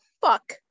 fuck